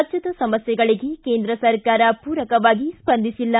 ರಾಜ್ಯದ ಸಮಸ್ಯೆಗಳಿಗೆ ಕೇಂದ್ರ ಪೂರಕವಾಗಿ ಸ್ವಂದಿಸಿಲ್ಲ